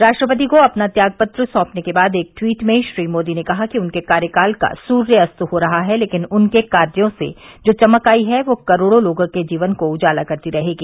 राष्ट्रपति को अपना त्यागपत्र सौंपने के बाद एक ट्वीट में श्री मोदी ने कहा कि उनके कार्यकाल का सूर्य अस्त हो रहा है लेकिन उनके कार्यों से जो चमक आई है वो करोड़ों लोगों के जीवन को उजाला करती रहेगी